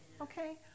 okay